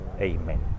Amen